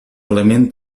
element